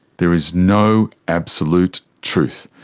there is no absolute truth,